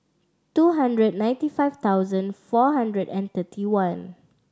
two hundred ninety five thousand four hundred and thirty one